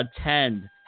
attend